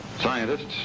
Scientists